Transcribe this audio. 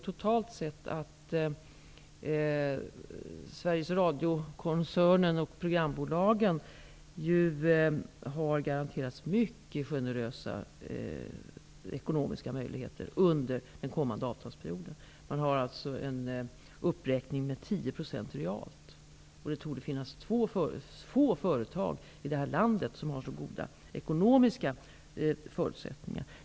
Totalt sett har Sveriges Radio-koncernen och programbolagen garanterats mycket generösa ekonomiska möjligheter under den kommande avtalsperioden. Man har fått en uppräkning med 10 % realt. Det torde finnas få företag i landet som har så goda ekonomiska förutsättningar.